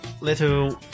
little